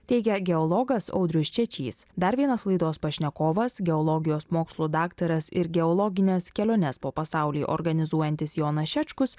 teigė geologas audrius čečys dar vienas laidos pašnekovas geologijos mokslų daktaras ir geologines keliones po pasaulį organizuojantis jonas šečkus